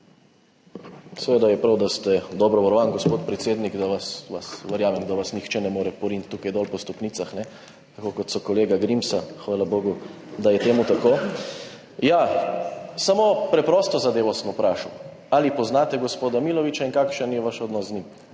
Seveda je prav, da ste dobro varovani, gospod predsednik, da vas, verjamem, nihče ne more poriniti po stopnicah tako, kot so kolega Grimsa. Hvala bogu, da je tako. Samo preprosto zadevo sem vprašal, ali poznate gospoda Milovića in kakšen je vaš odnos z njim.